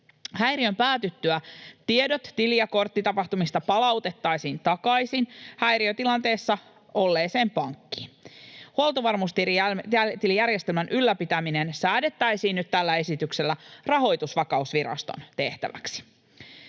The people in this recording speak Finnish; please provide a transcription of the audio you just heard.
Häiriön päätyttyä tiedot tili- ja korttitapahtumista palautettaisiin takaisin häiriötilanteessa olleeseen pankkiin. Huoltovarmuustilijärjestelmän ylläpitäminen säädettäisiin nyt tällä esityksellä Rahoitusvakausviraston tehtäväksi.